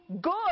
good